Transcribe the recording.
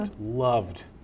loved